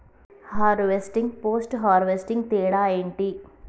Harvesting, post harvesting తేడా ఏంటి?